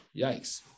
Yikes